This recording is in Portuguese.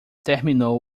terminou